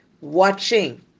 watching